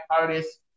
artists